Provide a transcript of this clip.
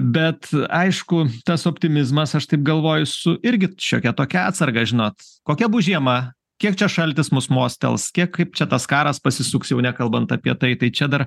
bet aišku tas optimizmas aš taip galvoju su irgi šiokia tokia atsarga žinot kokia bus žiema kiek čia šaltis mus mostels kiek kaip čia tas karas pasisuks jau nekalbant apie tai čia dar